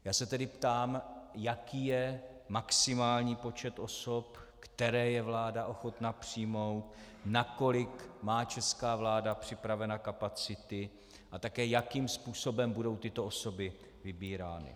Já se tedy ptám, jaký je maximální počet osob, které je ochotna vláda přijmout, na kolik má česká vláda připraveny kapacity a také jakým způsobem budou tyto osoby vybírány.